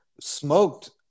smoked